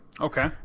Okay